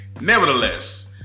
Nevertheless